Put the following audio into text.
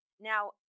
Now